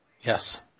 Yes